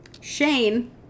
Shane